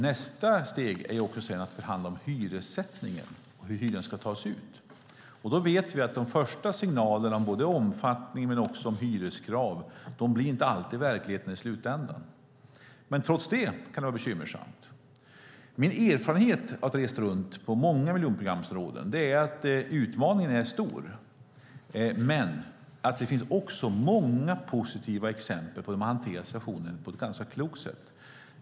Dels är nästa steg att förhandla om hyressättningen och hur hyran ska tas ut. Vi vet att de första signalerna om omfattning och hyreskrav inte alltid blir verklighet i slutändan. Trots det kan det vara bekymmersamt. Min erfarenhet efter att ha rest runt i många miljonprogramområden är att utmaningen är stor men också att det finns många positiva exempel på hur man har hanterat situationen på ett ganska klokt sätt.